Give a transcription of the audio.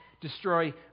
destroy